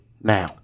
now